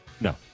No